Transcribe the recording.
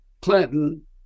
Clinton